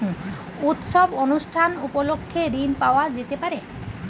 উৎসব অনুষ্ঠান উপলক্ষে ঋণ পাওয়া যেতে পারে?